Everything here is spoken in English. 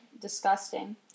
disgusting